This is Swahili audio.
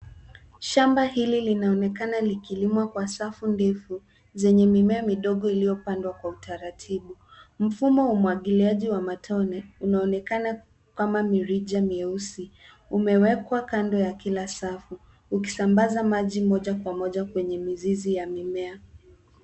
Shamba hili linanekana likilimwa kwa safu ndefu zenye mimea midogo iliyopandwa kwa utaratibu. Mfumo wa umwagiliaji wa matone unaonekana kama mirija mieusi umewekwa kando ya kila safu ukisambaza maji moja kwa moja kwenye mizizi ya mimea.